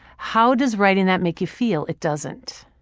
how does writing that make you feel? it doesn't.